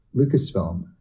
Lucasfilm